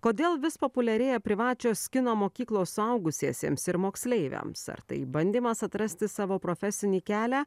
kodėl vis populiarėja privačios kino mokyklos suaugusiesiems ir moksleiviams ar tai bandymas atrasti savo profesinį kelią